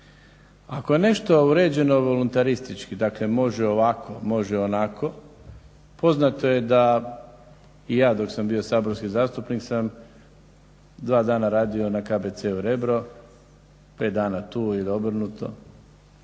Ako je nešto uređeno voluntaristički, dakle može ovako, može onako poznato je da i ja dok sam bio saborski zastupnik sam dva dana radio na KBC Rebro, pet dana tu ili obrnuto,